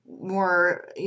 more